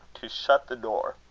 to shut the door.